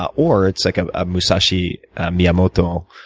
or it's like ah a musaci miamoto,